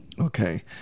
Okay